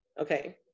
okay